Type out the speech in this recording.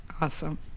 Awesome